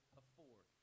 afford